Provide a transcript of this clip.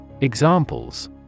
Examples